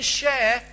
share